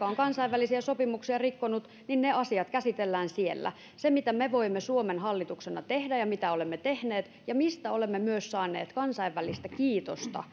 on kansainvälisiä sopimuksia rikkonut niin ne asiat käsitellään siellä se mitä me voimme suomen hallituksena tehdä ja mitä olemme tehneet ja mistä olemme myös saaneet kansainvälistä kiitosta